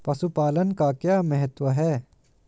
पशुपालन का क्या महत्व है?